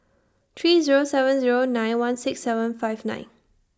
three Zero seven Zero nine one six seven five nine